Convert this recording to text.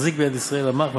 המחזיק בידי ישראל המך,